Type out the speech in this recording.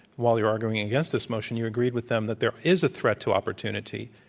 while you were arguing against this motion, you agreed with them that there is a threat to opportunity.